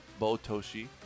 Botoshi